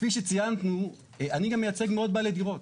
כפי שציינו, אני גם מייצג מאות בעלי דירות.